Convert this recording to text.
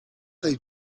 dai